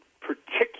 particular